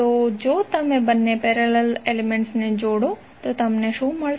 તો જો તમે બંને પેરેલલ એલિમેન્ટ્સને જોડો તો તમને શું મળશે